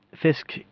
Fisk